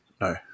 No